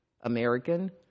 American